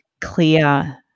clear